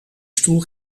stoel